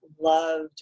loved